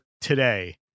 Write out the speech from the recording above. today